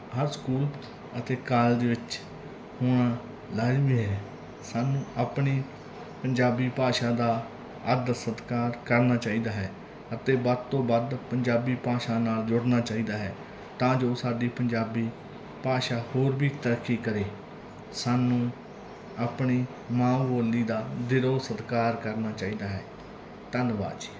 ਹਰ school ਅਤੇ college ਵਿੱਚ ਹੁਣ ਲਾਜ਼ਮੀ ਰਹੇ ਸਾਨੂੰ ਆਪਣੀ ਪੰਜਾਬੀ ਭਾਸ਼ਾ ਦਾ ਆਦਰ ਸਤਿਕਾਰ ਕਰਨਾ ਚਾਹੀਦਾ ਹੈ ਅਤੇ ਵੱਧ ਤੋਂ ਵੱਧ ਪੰਜਾਬੀ ਭਾਸ਼ਾ ਨਾਲ ਜੁੜਨਾ ਚਾਹੀਦਾ ਹੈ ਤਾਂ ਜੋ ਸਾਡੀ ਪੰਜਾਬੀ ਭਾਸ਼ਾ ਹੋਰ ਵੀ ਤਰੱਕੀ ਕਰੇ ਸਾਨੂੰ ਆਪਣੀ ਮਾਂ ਬੋਲੀ ਦਾ ਦਿਲੋਂ ਸਤਿਕਾਰ ਕਰਨਾ ਚਾਹੀਦਾ ਹੈ ਧੰਨਵਾਦ ਜੀ